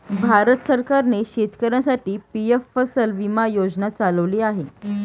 भारत सरकारने शेतकऱ्यांसाठी पी.एम फसल विमा योजना चालवली आहे